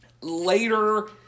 Later